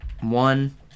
One